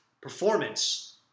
performance